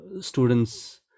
students